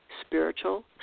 spiritual